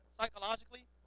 Psychologically